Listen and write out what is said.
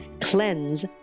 CLEANSE